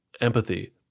empathy